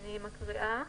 אני מקריאה: